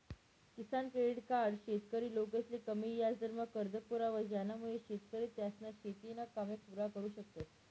किसान credit card शेतकरी लोकसले कमी याजदरमा कर्ज पुरावस ज्यानामुये शेतकरी त्यासना शेतीना कामे पुरा करु शकतस